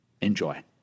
Enjoy